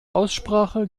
aussprache